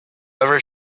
ever